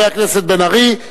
חבר הכנסת בן-ארי.